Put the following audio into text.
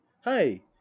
hi